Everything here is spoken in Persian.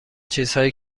چیزهایی